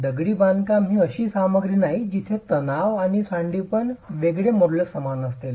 दगडी बांधकाम ही अशी सामग्री नाही जिथे तणाव आणि संपीडनात वेगचे मॉड्यूलस समान असेल